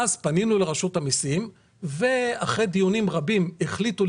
אז פנינו לרשות המסים ואחרי דיונים רבים החליטו